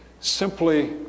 simply